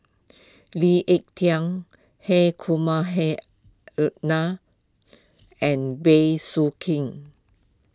Lee Ek Tieng Hri Kumar Hri Nair and Bey Soo Khiang